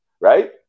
right